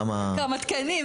כמה תקנים.